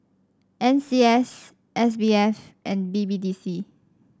N C S S B F and B B D C